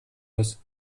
muss